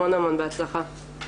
המון בהצלחה.